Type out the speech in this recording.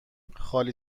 خالی